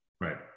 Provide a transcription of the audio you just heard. Right